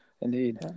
Indeed